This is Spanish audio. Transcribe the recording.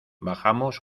bajamos